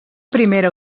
primera